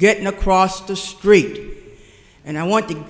getting across the street and i want t